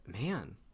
man